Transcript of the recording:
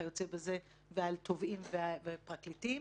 תובעים ופרקליטים.